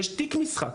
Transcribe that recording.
יש תיק משחק,